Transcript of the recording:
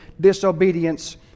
disobedience